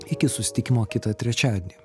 iki susitikimo kitą trečiadienį